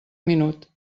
minut